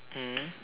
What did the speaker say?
mm